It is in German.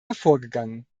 hervorgegangen